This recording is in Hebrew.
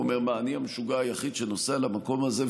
הוא אומר: מה, אני המשוגע היחיד שנוסע למקום הזה?